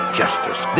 justice